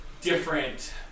different